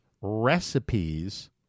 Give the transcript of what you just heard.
recipes